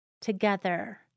together